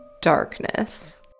darkness